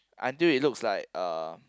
until it looks like a